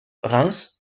reims